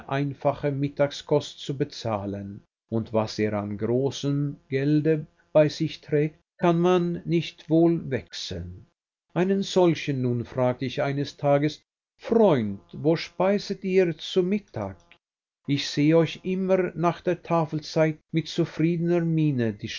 einfache mittagskost zu bezahlen und was er an großem gelde bei sich trägt kann man nicht wohl wechseln einen solchen nun fragte ich eines tages freund wo speiset ihr zu mittag ich sehe euch immer nach der tafelzeit mit zufriedener miene die